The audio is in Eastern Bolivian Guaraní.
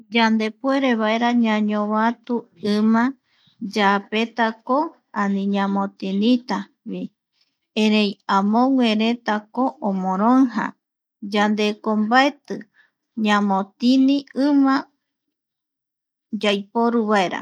﻿Yandepuere vaera ñañovatu ima yaapetako ani ñamotinitavi, erei amoguëretako omoroija yandeko mbaeti ñamotivi ima yaiporuvaera.